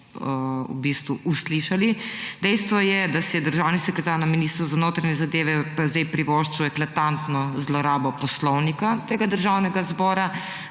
v bistvu uslišali. Dejstvo je, da se je državni sekretar na Ministrstvu za notranje zadeve pa sedaj privoščil eklatantno zlorabo poslovnika tega državnega zbora,